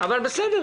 אבל בסדר,